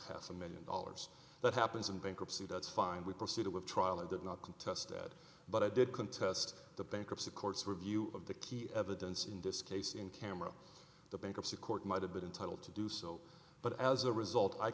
half a million dollars that happens in bankruptcy that's fine we proceeded with trial and did not contest that but i did contest the bankruptcy courts review of the key evidence in this case in camera the bankruptcy court might have been entitled to do so but as a result i